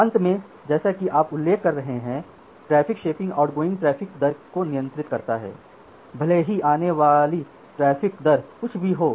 अंत में जैसा कि आप उल्लेख कर रहे हैं ट्रैफ़िक शेपिंग आउटगोइंग ट्रैफ़िक दर को नियंत्रित करता है भले ही आने वाली ट्रैफ़िक दर कुछ भी हो